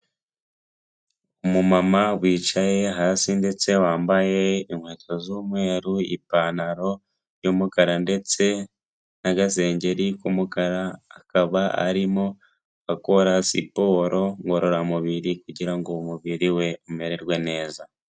Umumama wicaye hasi ndetse wambaye inkweto z'umweru ipantaro y' umukara ndetse n'agasengeri k'umukara akaba arimo akora siporo ngororamubiri kugira ngo umubiri we umererwe neza.